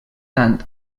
tant